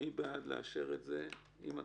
מי בעד אישור הצעת החוק עם התוספות?